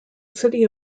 city